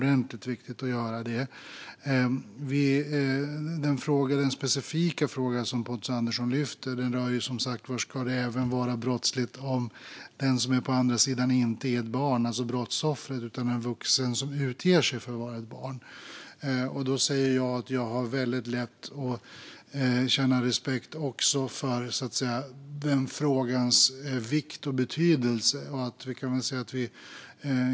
Den specifika fråga som Pontus Andersson lyfter rör om det även ska vara brottsligt om den som är på andra sidan, det vill säga brottsoffret, inte är ett barn utan en vuxen som utger sig för att vara ett barn. Jag har väldigt lätt att känna respekt för även den frågans betydelse.